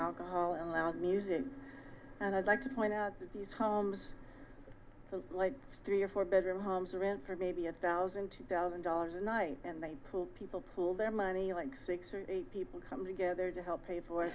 alcohol and loud music and i'd like to point out that these homes look like three or four bedroom homes around for maybe a thousand two thousand dollars a night and they pull people pull their money like six or eight people come together to help pay for it